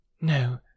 No